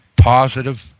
positive